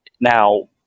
Now